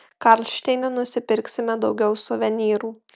karlšteine nusipirksime daugiau suvenyrų